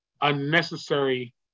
unnecessary